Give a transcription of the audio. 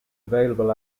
available